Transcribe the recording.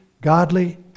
godly